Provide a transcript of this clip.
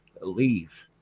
leave